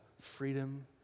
freedom